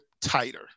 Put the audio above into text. tighter